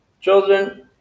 Children